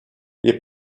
les